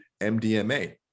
mdma